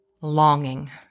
Longing